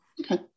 Okay